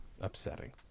upsetting